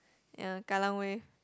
ya kallang Wave